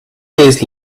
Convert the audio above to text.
days